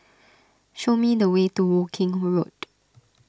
show me the way to Woking Road